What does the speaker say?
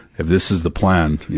if this is the plan, you